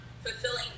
fulfilling